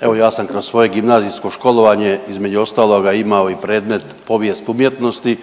evo ja sam kroz svoje gimnazijsko školovanje između ostaloga imao i predmet povijest umjetnosti